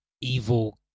evil